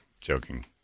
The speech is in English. Joking